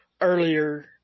earlier